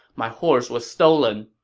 my horse was stolen,